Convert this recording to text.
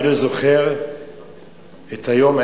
מי לא זוכר את היום,